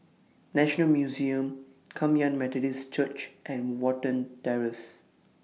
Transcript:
National Museum Kum Yan Methodist Church and Watten Terrace